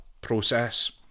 process